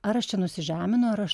ar aš čia nusižeminu ar aš